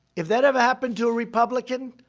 if that ever happened to a republican,